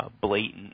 blatant